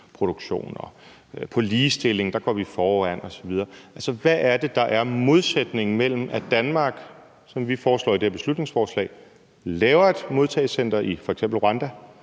foran på ligestillingsområdet osv. Altså, hvad er det, der er modsætningen mellem, at Danmark, som vi foreslår i det her beslutningsforslag, laver et modtagecenter i f.eks. Rwanda,